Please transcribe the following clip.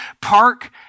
park